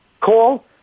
call